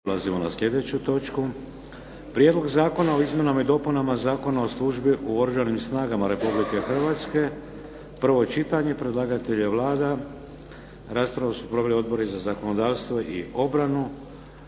Prelazimo na sljedeću točku - Prijedlog zakona o izmjenama i dopunama Zakona o službi u Oružanim snagama Republike Hrvatske, prvo čitanje, P.Z. br. 325 Predlagatelj je Vlada. Raspravu su proveli odbori za zakonodavstvo i obranu.